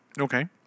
Okay